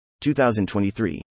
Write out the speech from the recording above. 2023